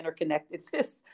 interconnectedness